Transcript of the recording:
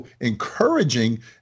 encouraging